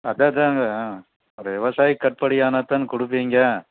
அதுதான் அதுதாங்க ம் ஒரு விவசாயிக்கு கட்டுப்படியானால் தான் கொடுப்பீங்க